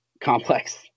complex